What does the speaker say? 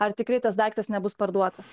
ar tikrai tas daiktas nebus parduotas